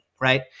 right